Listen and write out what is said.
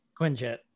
quinjet